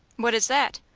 what is that?